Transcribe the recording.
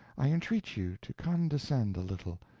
i entreat you to condescend a little,